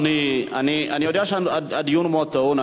אני יודע שהדיון מאוד טעון.